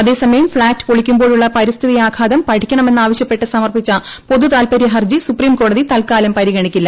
അതേസമയം ഫ്ളാറ്റ് പൊളിക്കുമ്പോഴുള്ള പരിസ്ഥിതി ആഘാതം പഠിക്കണമെന്നാവശ്യപ്പെട്ട് സമർപ്പിച്ച പൊതുതാൽപരൃ ഹർജിസുപ്രീം കോടതി തൽക്കാലം പരിഗണിക്കില്ല